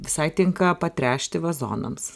visai tinka patręšti vazonams